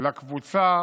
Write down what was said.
לקבוצה